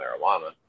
marijuana